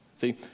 See